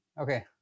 Okay